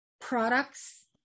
products